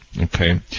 Okay